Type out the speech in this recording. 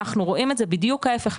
אנחנו רואים את זה בדיוק ההיפך,